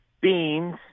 beans